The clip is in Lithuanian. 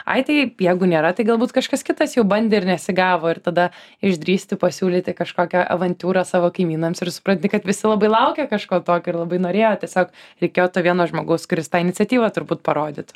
ai tai jeigu nėra tai galbūt kažkas kitas jau bandė ir nesigavo ir tada išdrįsti pasiūlyti kažkokią avantiūrą savo kaimynams ir supranti kad visi labai laukia kažko tokio ir labai norėjo tiesiog reikėjo to vieno žmogaus kuris tą iniciatyvą turbūt parodytų